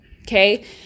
Okay